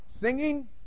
Singing